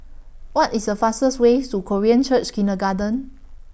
What IS The fastest Way to Korean Church Kindergarten